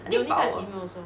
I think power